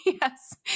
yes